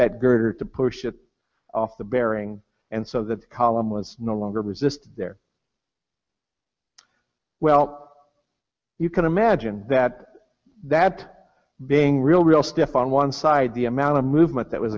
border to push it off the bearing and so that column was no longer resist their well you can imagine that that being real real stiff on one side the amount of movement that was